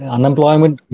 Unemployment